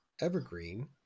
evergreen